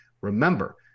Remember